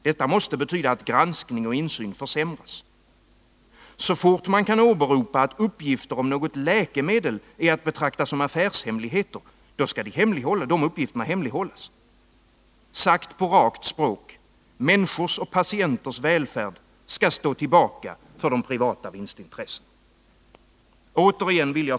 Detta måste betyda att granskning och insyn försämras. Så fort man kan åberopa att uppgifter om något läkemedel är att betrakta som affärshemligheter, då skall de uppgifterna hemlighållas. Sagt på rakt språk: Människors och patienters välfärd skall stå tillbaka för privata vinstintressen.